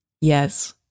Yes